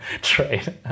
trade